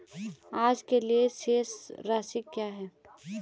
आज के लिए शेष राशि क्या है?